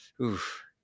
oof